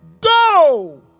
go